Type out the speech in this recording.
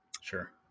Sure